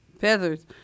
feathers